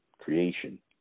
creation